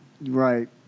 Right